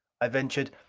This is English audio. i ventured,